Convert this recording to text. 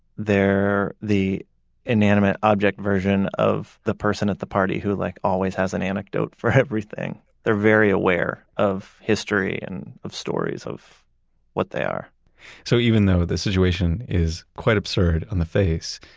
they're the inanimate object version of the person at the party who like always has an anecdote for everything. they're very aware of history and of stories of what they are so even though this situation is quite absurd on the face,